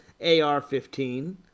ar-15